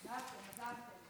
עזבתם, עזבתם.